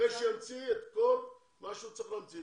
אחרי שהוא ימציא את כל המסמכים שהוא צריך להמציא.